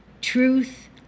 truth